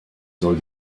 soll